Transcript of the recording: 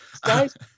guys